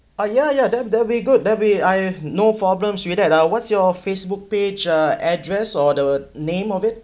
ah ya ya that'll~ that'll be good that'll be I've no problems with that ah what's your Facebook page uh address or the name of it